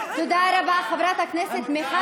תודה רבה, חברת הכנסת מיכל.